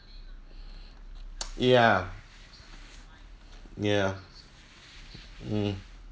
ya ya mm